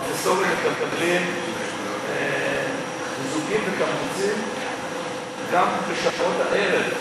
הפרופסורים מקבלים חיזוקים ותמריצים גם בשעות הערב,